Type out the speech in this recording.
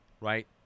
right